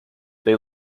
they